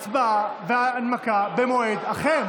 הצבעה והנמקה במועד אחר.